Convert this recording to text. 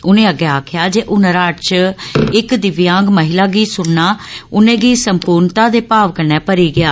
उनें अग्गै आक्खेआ जे हुनरहाट च इक दिव्यांग महिला गी सुनना उनेंगी संपूर्णता दे भाव कन्नै भरी गेआ